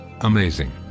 Amazing